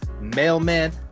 mailman